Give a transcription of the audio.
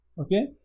okay